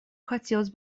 хотелось